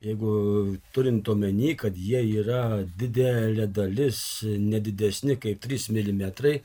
jeigu turint omeny kad jie yra didelė dalis ne didesni kaip trys milimetrai